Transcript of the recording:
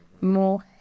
more